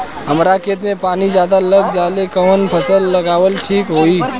हमरा खेत में पानी ज्यादा लग जाले कवन फसल लगावल ठीक होई?